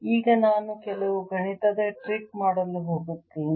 ಈಗ ನಾನು ಕೆಲವು ಗಣಿತದ ಟ್ರಿಕ್ ಮಾಡಲು ಹೋಗುತ್ತೇನೆ